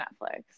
Netflix